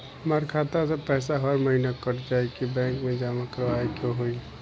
हमार खाता से पैसा हर महीना कट जायी की बैंक मे जमा करवाए के होई?